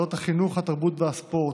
בוועדת החינוך, התרבות והספורט,